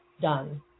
done